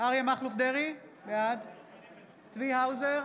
אריה מכלוף דרעי, בעד צבי האוזר,